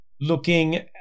looking